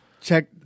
Check